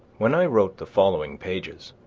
when i wrote the following pages,